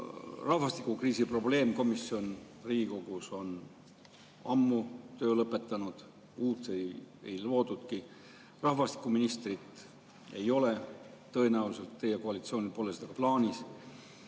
Rahvastikukriisi probleemkomisjon Riigikogus on ammu töö lõpetanud. Uut ei loodud. Rahvastikuministrit ei ole, tõenäoliselt teie koalitsioonil pole seda plaanis.